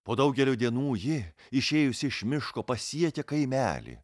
po daugelio dienų ji išėjusi iš miško pasiekė kaimelį